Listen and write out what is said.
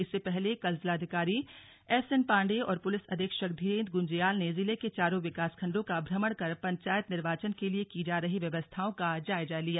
इससे पहले कल जिलाधिकारी एसएन पाण्डेय और पुलिस अधीक्षक धीरेन्द्र गुंज्याल ने जिले के चारों विकासखण्डों का भ्रमण कर पंचायत निर्वाचन के लिए की जा रही व्यवस्थाओं का जायजा लिया